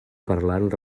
parlant